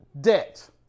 debt